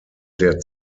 der